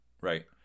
Right